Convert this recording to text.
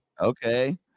okay